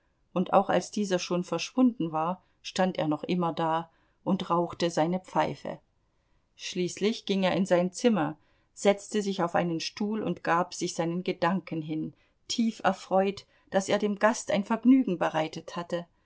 und auch als dieser schon verschwunden war stand er noch immer da und rauchte seine pfeife schließlich ging er in sein zimmer setzte sich auf einen stuhl und gab sich seinen gedanken hin tief erfreut daß er dem gast ein vergnügen bereitet hatte